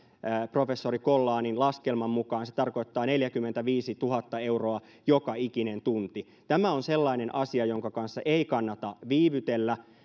professori collanin laskelman mukaan se tarkoittaa neljäkymmentäviisituhatta euroa joka ikinen tunti tämä on sellainen asia jonka kanssa ei kannata viivytellä